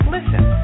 Listen